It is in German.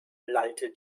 lallte